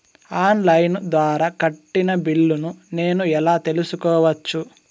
On line ద్వారా కట్టిన బిల్లును నేను ఎలా తెలుసుకోవచ్చు?